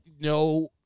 no